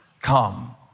come